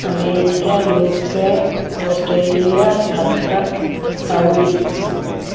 America UK Australia Qatar Saudi